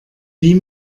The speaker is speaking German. wie